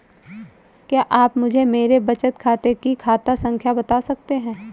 क्या आप मुझे मेरे बचत खाते की खाता संख्या बता सकते हैं?